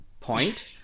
point